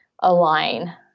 align